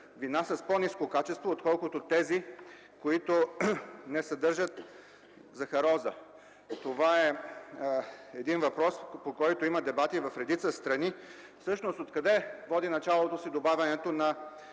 вина с по-ниско качество, отколкото тези, които не съдържат захароза. Това е въпрос, по който има дебати в редица страни. Всъщност откъде води началото си добавянето на